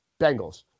Bengals